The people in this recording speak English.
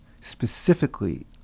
specifically